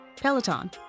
Peloton